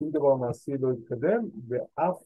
‫שום דבר מעשי לא התקדם, ואף...